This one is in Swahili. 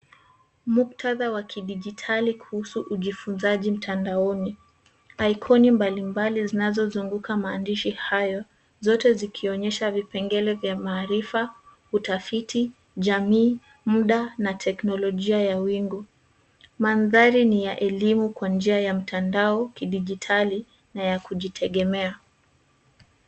Muktadha wa kidijitali kuhusu ujifunzaji mtandaoni. Ikoni mbalimbali zinazozinguka maandishi hayo zote zikionyesha vipengele ya maarifa, utafiti jamii muda na teknolojia ya wingu.